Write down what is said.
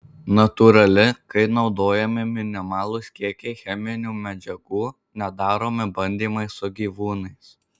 natūrali kai naudojami minimalūs kiekiai cheminių medžiagų nedaromi bandymai su gyvūnais